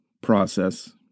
process